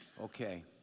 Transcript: okay